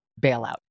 bailout